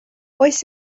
oes